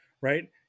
right